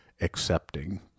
accepting